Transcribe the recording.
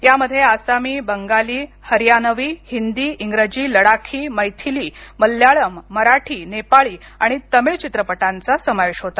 त्यामध्ये आसामी बंगाली हरियानवी हिंदीइंग्रजी लडाखी मैथिलीमलयालम मराठी नेपाळी आणि तमिळ चित्रपटांचा समावेश होता